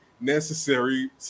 necessary